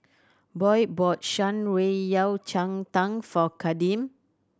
Boyd bought Shan Rui Yao Cai Tang for Kadeem